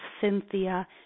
Cynthia